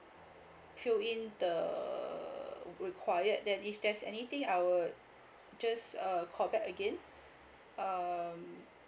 fill in the required then if there's anything I will just uh call back again um